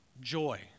joy